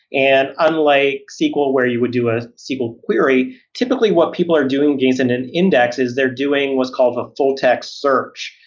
and unlike sql where you would do a sql query, typically what people are doing against in an index is they're doing what's called a full-text search,